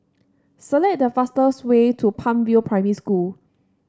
select the fastest way to Palm View Primary School